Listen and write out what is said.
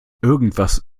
irgendwas